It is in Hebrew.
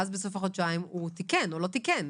בסוף החודשיים השאלה אם הוא תיקן או לא תיקן.